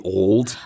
old